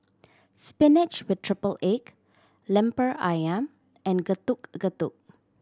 spinach with triple egg Lemper Ayam and Getuk Getuk